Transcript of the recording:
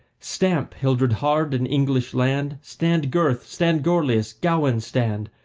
stamp, hildred hard in english land, stand gurth, stand gorlias, gawen stand!